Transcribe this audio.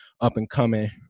up-and-coming